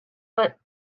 but